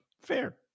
Fair